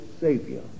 Savior